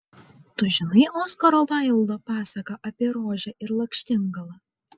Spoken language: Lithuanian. tu žinai oskaro vaildo pasaką apie rožę ir lakštingalą